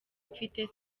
mfite